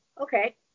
okay